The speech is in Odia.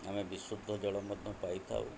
ଆମେ ବିଶୁଦ୍ଧ ଜଳ ମଧ୍ୟ ପାଇଥାଉ